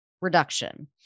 reduction